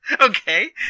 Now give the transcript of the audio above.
Okay